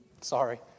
Sorry